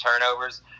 turnovers